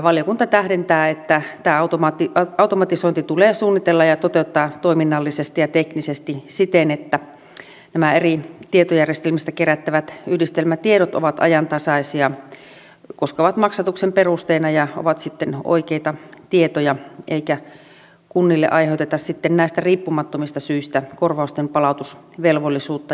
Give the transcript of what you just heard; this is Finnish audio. valiokunta tähdentää että tämä automatisointi tulee suunnitella ja toteuttaa toiminnallisesti ja teknisesti siten että nämä eri tietojärjestelmistä kerättävät yhdistelmätiedot ovat ajantasaisia koska ne ovat maksatuksen perusteena ja ovat sitten oikeita tietoja eikä kunnille aiheuteta sitten näistä riippumattomista syistä korvausten palautusvelvollisuutta